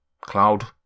Cloud